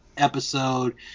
episode